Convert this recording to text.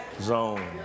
zone